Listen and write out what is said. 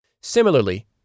Similarly